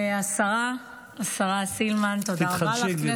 השרה סילמן, תודה רבה לך.